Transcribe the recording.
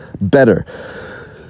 better